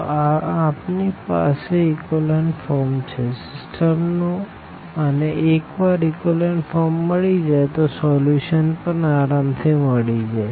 તો આ આપણી પાસે ઇકોલન ફોર્મ છે સીસ્ટમ નું અને એક વાર ઇકોલન ફોર્મ મળી જાય તો સોલ્યુશન પણ આરામ થી મળી જાય